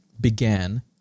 began